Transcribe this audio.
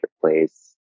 place